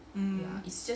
mm